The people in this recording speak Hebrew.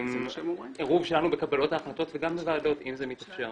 עם עירוב שלנו בקבלות ההחלטות וגם בוועדות אם זה מתאפשר.